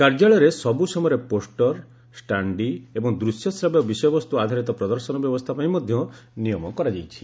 କାର୍ଯ୍ୟାଳୟରେ ସବ୍ର ସମୟରେ ପୋଷ୍ଟର୍ ଷ୍ଟାଣ୍ଡି ଏବଂ ଦୂଶ୍ୟ ଶ୍ରାବ୍ୟ ବିଷୟବସ୍ତୁ ଆଧାରିତ ପ୍ରଦର୍ଶନ ବ୍ୟବସ୍ଥା ପାଇଁ ମଧ୍ୟ ନିୟମ କରାଯାଇଛି